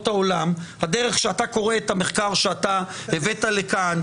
העולם הדרך שאתה קורא את המחקר שאתה הבאת לכאן,